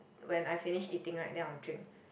when I finish eating right then I'll drink